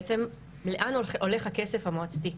בעצם לאן הולך הכסף המועצתי,